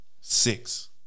Six